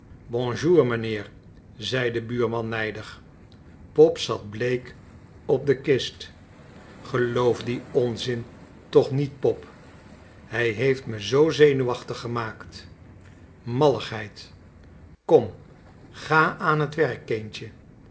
bonjour meneer zei de buurman nijdig pop zat bleek op de kist geloof dien onzin toch niet pop hij heeft me zoo zenuwachtig gemaakt malligheid kom ga aan het werk kindje